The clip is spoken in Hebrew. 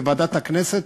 ועדת הכנסת,